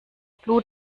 blut